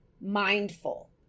mindful